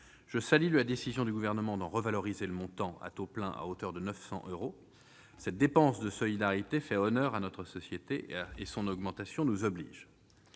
Je salue la décision du Gouvernement d'en revaloriser le montant à taux plein à hauteur de 900 euros. Cette dépense de solidarité fait honneur à notre société et son augmentation nous oblige.